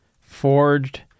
forged